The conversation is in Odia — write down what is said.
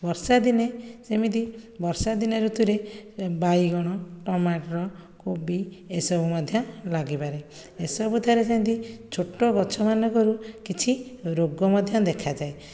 ବର୍ଷାଦିନେ ସେମିତି ବର୍ଷାଦିନ ଋତୁରେ ବାଇଗଣ ଟମାଟର କୋବି ଏସବୁ ମଧ୍ୟ ଲାଗିପାରେ ଏସବୁ ଥେରେ ସେମିତି ଛୋଟ ଗଛମାନଙ୍କରେ କିଛି ରୋଗ ମଧ୍ୟ ଦେଖାଯାଏ